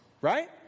right